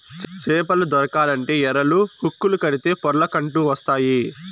చేపలు దొరకాలంటే ఎరలు, హుక్కులు కడితే పొర్లకంటూ వస్తాయి